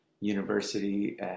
University